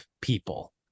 people